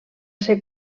ser